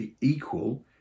equal